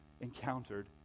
encountered